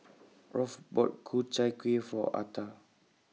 Rolf bought Ku Chai Kueh For Ata